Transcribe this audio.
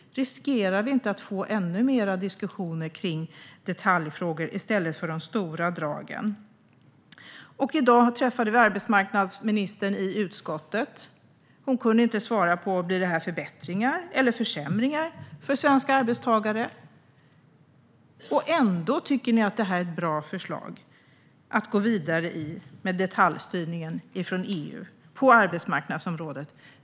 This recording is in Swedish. Riskerar vi inte att få ännu mer diskussioner om detaljfrågor i stället för om de stora dragen? I dag träffade vi arbetsmarknadsministern i utskottet. Hon kunde inte svara på om detta innebär att det blir förbättringar eller försämringar för svenska arbetstagare. Ändå tycker ni att detta är ett bra förslag, alltså att gå vidare med detaljstyrningen från EU på arbetsmarknadsområdet.